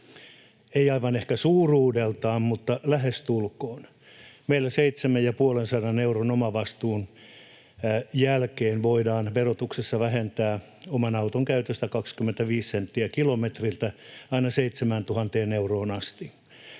ei aivan ehkä suuruudeltaan mutta lähestulkoon. Meillä seitsemän‑ ja puolensadan euron omavastuun jälkeen voidaan verotuksessa vähentää oman auton käytöstä 25 senttiä kilometriltä aina 7 000 euroon asti.